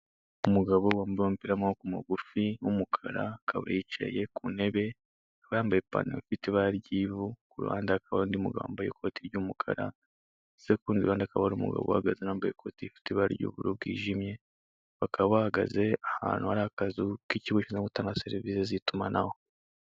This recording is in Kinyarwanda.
Umugabo wambaye umupira w'amaboko magufi w'umukara akaba yicaye ku ntebe akaba yambaye ipantalo ifite ibara ry'ivu, kuruhande hakaba hari undi mugabo wambaye ikoti ry'umukara ndetse kurundi ruhande hakaba hari umugabo uhagaze nawe wambaye ikote rifite ibara ry'ubururu bwijimye, bakaba bahagaze ahantu hari akazu k'ikigo gishinzwe gutanga serivise z'itumanaho.